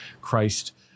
Christ